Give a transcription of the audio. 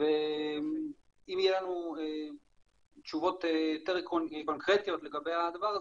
ואם תהיינה לנו תשובות יותר קונקרטיות לגבי זה,